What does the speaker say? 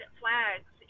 flags